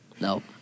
no